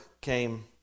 came